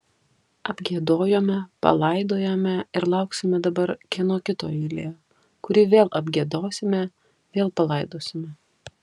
apgiedojome palaidojome ir lauksime dabar kieno kito eilė kurį vėl apgiedosime vėl palaidosime